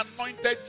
anointed